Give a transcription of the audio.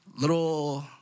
little